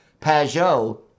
Pajot